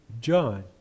John